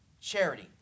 charity